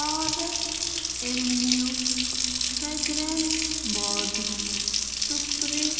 park avenue fragrance body spray